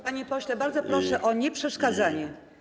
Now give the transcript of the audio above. Panie pośle, bardzo proszę o nieprzeszkadzanie.